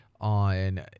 on